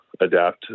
adapt